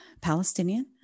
Palestinian